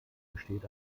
besteht